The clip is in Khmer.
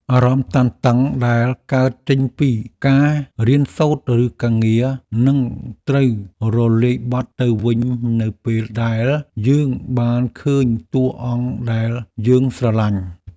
អារម្មណ៍តានតឹងដែលកើតចេញពីការរៀនសូត្រឬការងារនឹងត្រូវរលាយបាត់ទៅវិញនៅពេលដែលយើងបានឃើញតួអង្គដែលយើងស្រឡាញ់។